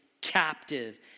captive